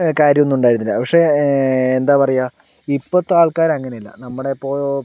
കാര്യമൊന്നും ഉണ്ടായിരുന്നില്ല പക്ഷെ എന്താ പറയുക ഇപ്പോഴത്തെ ആൾക്കാർ അങ്ങനെയല്ല നമ്മടെ ഇപ്പോൾ